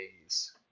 days